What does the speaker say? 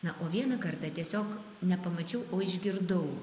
na o vieną kartą tiesiog nepamačiau o išgirdau